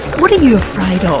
what are you afraid ah